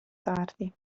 tardi